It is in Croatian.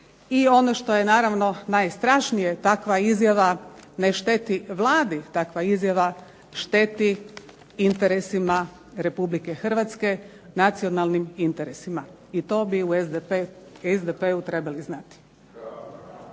I ono što je naravno najstrašnije takva izjava ne šteti Vladi, takva izjava šteti interesima Republike Hrvatske, nacionalnim interesima. I to bi u SDP-u trebali znati.